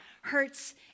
hurts